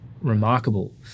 remarkable